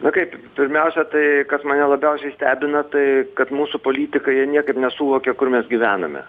na kaip pirmiausia tai kas mane labiausiai stebina tai kad mūsų politikai jie niekaip nesuvokia kur mes gyvename